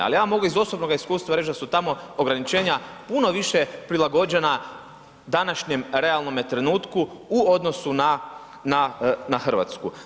Ali ja mogu iz osobnoga iskustva reći da su tamo ograničenja puno više prilagođena današnjem realnome trenutku u odnosu na Hrvatsku.